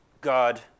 God